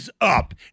up